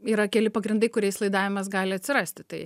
yra keli pagrindai kuriais laidavimas gali atsirasti tai